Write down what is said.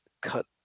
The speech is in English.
cut